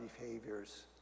behaviors